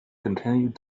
continued